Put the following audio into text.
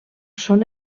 són